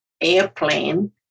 airplane